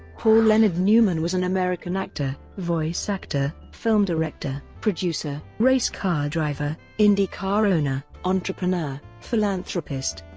paul leonard newman was an american actor, voice actor, film director, producer, race car driver, indycar owner, entrepreneur, philanthropist,